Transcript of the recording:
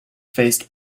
faced